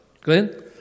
Glenn